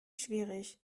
schwierig